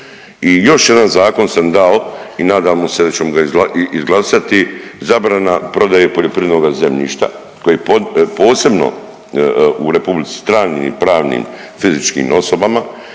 još jedan zakon sam dao i nadamo se da ćemo ga izglasati – zabrana prodaje poljoprivrednoga zemljišta koje posebno u republici, stranim i pravnim fizičkim osobama